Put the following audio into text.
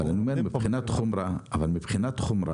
אבל אני אומר מבחינת החומרה אנחנו